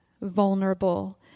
vulnerable